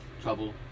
Trouble